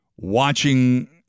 Watching